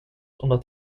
omdat